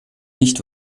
nicht